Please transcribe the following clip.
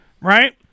right